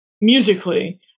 musically